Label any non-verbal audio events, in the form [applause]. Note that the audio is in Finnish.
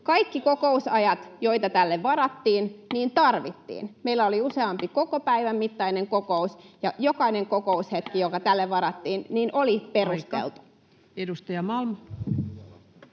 Kaikki kokousajat, joita tälle varattiin, tarvittiin. [noise] Meillä oli useampi koko päivän mittainen kokous, ja jokainen kokoushetki, joka tälle varattiin, [Puhemies: Aika!] oli perusteltu. [Suna